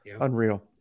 Unreal